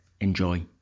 Enjoy